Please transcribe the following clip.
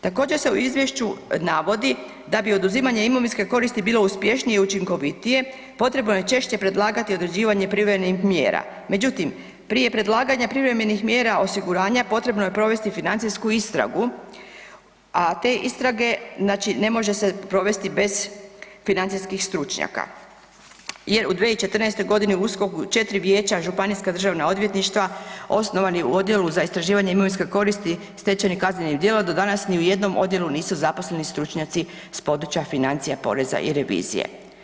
Također se u izvješću navodi da bi oduzimanje imovinske koristi bilo uspješnije i učinkovitije potrebno je češće predlagati određivanje privremenih mjera, međutim prije predlaganja privremenih mjera osiguranja potrebno je provesti financijsku istragu, a te istrage ne mogu se provesti bez financijskih stručnjaka jer u 2014.g. u USKOK-u četiri vijeća županijskih državnih odvjetništava osnovani u Odjelu za istraživanje imovinske koristi stečenih kaznenim djelom do danas ni u jednom odjelu nisu zaposleni stručnjaci s područja financija poreza i revizije.